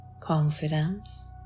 confidence